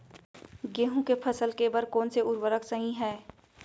गेहूँ के फसल के बर कोन से उर्वरक सही है?